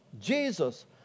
Jesus